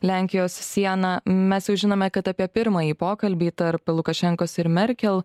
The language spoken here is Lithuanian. lenkijos sieną mes jau žinome kad apie pirmąjį pokalbį tarp lukašenkos ir merkel